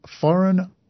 Foreign